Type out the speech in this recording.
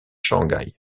shanghai